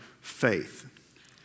Faith